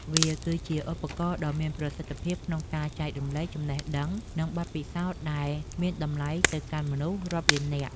វាគឺជាឧបករណ៍ដ៏មានប្រសិទ្ធភាពក្នុងការចែករំលែកចំណេះដឹង និងបទពិសោធន៍ដែលមានតម្លៃទៅកាន់មនុស្សរាប់លាននាក់។